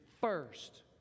first